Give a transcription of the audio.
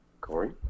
Corey